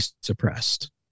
suppressed